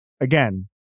again